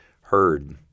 heard